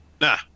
Nah